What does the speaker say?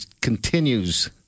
continues